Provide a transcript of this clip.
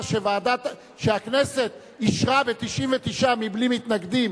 99 בעד, אין מתנגדים,